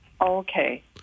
Okay